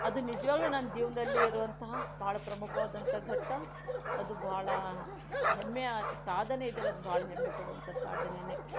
ಅದು ನಿಜವಾಗಲೂ ನನ್ನ ಜೀವನದಲ್ಲಿ ಇರುವಂತಹ ಬಹಳ ಪ್ರಮುಖವಾದಂತಹ ಘಟ್ಟ ಅದು ಬಹಳ ಹೆಮ್ಮೆಯ ಸಾಧನೆ ಇದೆಯಲ್ಲ ಅದು ಬಹಳ ಹೆಮ್ಮೆಪಡುವಂಥ ಸಾಧನೆಯೇ